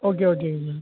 okay ஓகேங்க sir